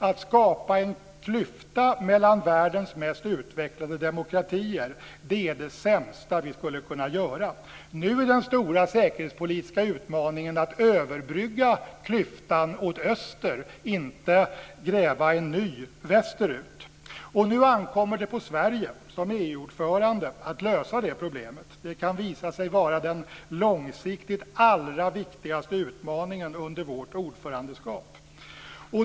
Att skapa en klyfta mellan världens mest utvecklade demokratier är det sämsta vi skulle kunna göra. Nu är den stora säkerhetspolitiska utmaningen att överbrygga klyftan åt öster, inte att gräva en ny västerut. Det ankommer på Sverige som EU-ordförande att lösa det problemet. Det kan visa sig vara det långsiktigt allra viktigaste utmaningen under vårt ordförandeskap.